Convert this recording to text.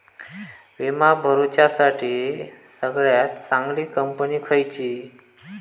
विमा भरुच्यासाठी सगळयात चागंली कंपनी खयची?